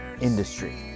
industry